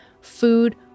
food